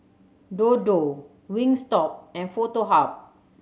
Dodo Wingstop and Foto Hub